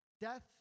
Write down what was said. death